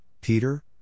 Peter